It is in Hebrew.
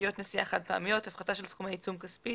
בשקיות נשיאה חד-פעמיות (הפחתה של סכומי עיצום כספי),